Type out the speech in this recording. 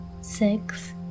six